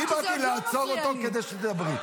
אני באתי לעצור אותו כדי שתדברי.